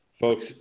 Folks